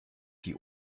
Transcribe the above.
die